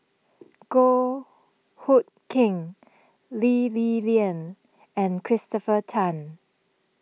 Goh Hood Keng Lee Li Lian and Christopher Tan